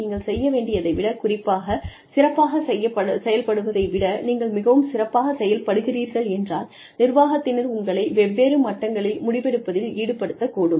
நீங்கள் செய்ய வேண்டியதை விட குறிப்பாகச் சிறப்பாக செயல்படுவதை விட நீங்கள் மிகவும் சிறப்பாக செயல்படுகிறீர்கள் என்றால் நிர்வாகத்தினர் உங்களை வெவ்வேறு மட்டங்களில் முடிவெடுப்பதில் ஈடுபடுத்தக்கூடும்